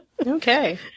Okay